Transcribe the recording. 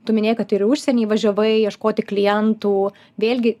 tu minėjai kad ir į užsienį važiavai ieškoti klientų vėlgi